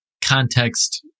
context